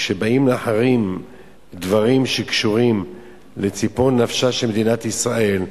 כשבאים להחרים דברים שקשורים לציפור נפשה של מדינת ישראל,